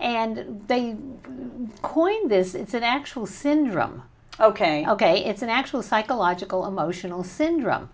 and they coined this it's an actual syndrome ok ok it's an actual psychological emotional syndrome